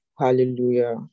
hallelujah